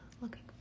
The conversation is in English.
looking